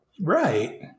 Right